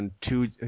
two